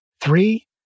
Three